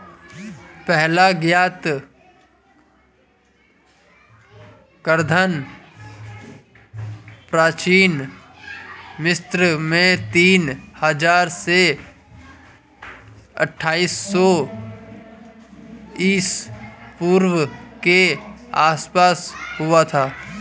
पहला ज्ञात कराधान प्राचीन मिस्र में तीन हजार से अट्ठाईस सौ ईसा पूर्व के आसपास हुआ था